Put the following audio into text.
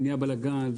ונהיה בלגאן,